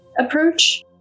approach